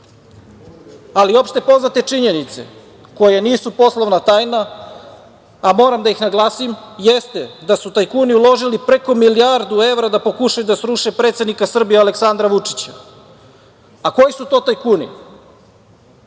licima. Opšte poznate činjenice koje nisu poslovna tajna, a moram da ih naglasim, jeste da su tajkuni uložili preko milijardu evra da pokušaju da sruše predsednika Srbije Aleksandra Vučića. A, koji su to tajkuni?